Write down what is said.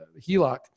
HELOC